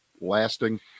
lasting